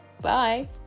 Bye